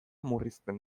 murrizten